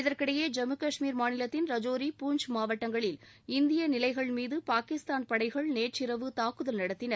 இதற்கிடையே ஜம்மு காஷ்மீர் மாநிலத்தின் ரஜோரி பூஞ்ச் மாவட்டங்களில் இந்திய நிலைகள் மீது பாகிஸ்தான் படைகள் நேற்றிரவு தாக்குதல் நடத்தின